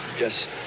Yes